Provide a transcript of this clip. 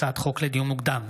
הצעות חוק לדיון מוקדם,